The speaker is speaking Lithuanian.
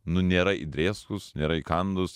nu nėra įdrėskus nėra įkandus